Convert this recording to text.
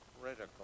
critical